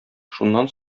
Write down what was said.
шуннан